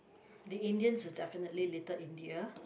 the Indians is definitely Little India